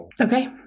Okay